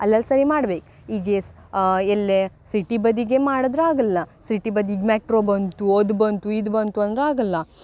ಅಲ್ಲಲ್ಲಿ ಸರಿ ಮಾಡ್ಬೇಕು ಈಗೆಸ್ ಎಲ್ಲೇ ಸಿಟಿ ಬದಿಗೆ ಮಾಡಿದ್ರಾಗಲ್ಲ ಸಿಟಿ ಬದಿಗೆ ಮೆಟ್ರೋ ಬಂತು ಅದು ಬಂತು ಇದು ಬಂತು ಅಂದ್ರೆ ಆಗಲ್ಲ